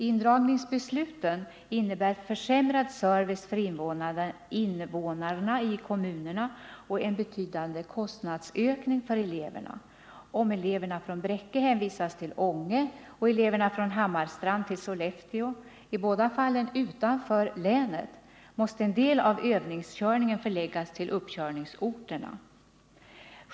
Indragningsbesluten innebär försämrad service för invånarna i kommunerna och en betydande kostnadsökning för eleverna. Om eleverna från Bräcke hänvisas till Ånge och eleverna från Hammarstrand till Sollefteå — i båda fallen utanför länet! — måste en del av övningskörningen förläggas till uppkörningsorterna.